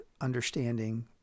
understanding